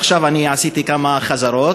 עכשיו עשיתי כמה חזרות,